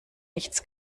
nichts